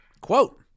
Quote